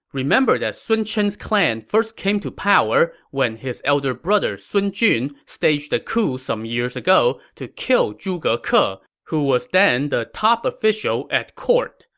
remember that sun chen's clan first came to power when his elder brother, sun jun, staged a coup some years ago to kill zhuge ke, who was then the top official at court.